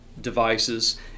devices